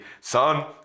son